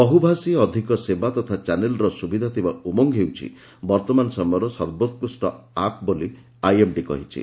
ବହୁଭାଷୀ ଅଧିକ ସେବା ତଥା ଚ୍ୟାନେଲ୍ର ସୁବିଧା ଥିବା ଉମଙ୍ଗ ହେଉଛି ବର୍ତ୍ତମାନ ସମୟରେ ସର୍ବୋକୃଷ୍ଟ ଆପ୍ ବୋଲି ଆଇଏମ୍ଡି କହିଛି